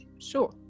Sure